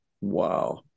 Wow